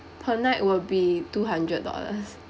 per night will be two hundred dollars